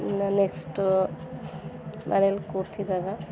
ಇನ್ನೂ ನೆಕ್ಸ್ಟು ಮನೆಯಲ್ಲಿ ಕೂತಿದ್ದಾಗ